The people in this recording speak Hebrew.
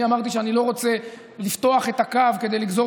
אני אמרתי שאני לא רוצה לפתוח את הקו כדי לגזור